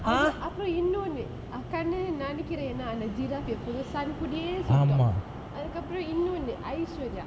!aiyo! அப்ற இன்னொன்னு கண்ணு நெனைக்குற என்னான்னு:apra innonnu kannu nenaikkura ennaannu giraff எப்போதும்:eppothum sun கூடயே சுத்தும் அதுக்கப்பறம் இன்னொன்னு:koodayae suthum athukkapparam innonnu aishwarya